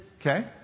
Okay